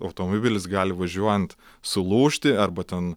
automobilis gali važiuojant sulūžti arba ten